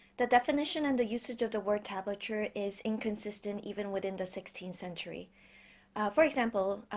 the definition and the usage of the word tablature is inconsistent even within the sixteenth century for example,